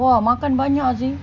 !wah! makan banyak seh